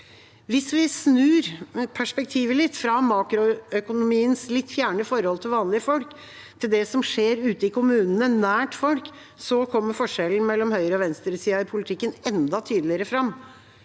Hvis vi snur perspektivet fra makroøkonomiens litt fjerne forhold til vanlige folk til det som skjer nær folk ute i kommunene, kommer forskjellen mellom høyreog venstresida i politikken enda tydeligere fram.